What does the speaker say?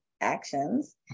actions